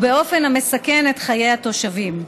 באופן המסכן את חיי התושבים.